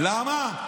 למה?